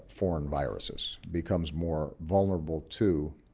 foreign viruses, becomes more vulnerable to